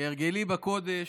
כהרגלי בקודש,